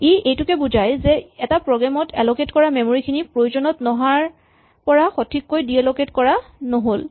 ই এইটোৱেই বুজাই যে এটা প্ৰগ্ৰেম ত এলকেট কৰা মেমৰী খিনি প্ৰয়োজনত নহাৰ পৰা সঠিককৈ ডি এলকেট কৰা নহ'ল